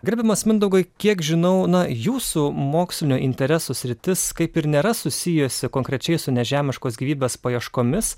gerbiamas mindaugai kiek žinau nuo jūsų mokslinių interesų sritis kaip ir nėra susijusi konkrečiai su nežemiškos gyvybės paieškomis